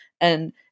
And-